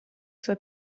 sua